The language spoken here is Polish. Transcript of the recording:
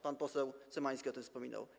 Pan poseł Cymański o tym wspominał.